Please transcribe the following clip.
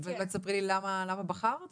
אולי תספרי לי למה בחרת בזה?